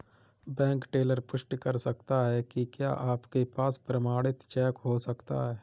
Bank teller पुष्टि कर सकता है कि क्या आपके पास प्रमाणित चेक हो सकता है?